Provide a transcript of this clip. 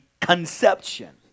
conception